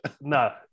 no